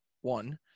one